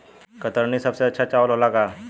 कतरनी सबसे अच्छा चावल होला का?